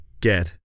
get